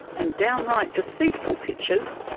and downright deceitful pitches,